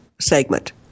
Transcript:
segment